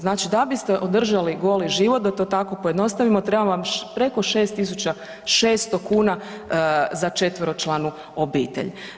Znači da biste održali goli život da to tako pojednostavimo treba vam preko 6.600 kuna za četveročlanu obitelj.